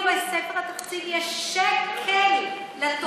בספר התקציב יש שקל לתוכנית,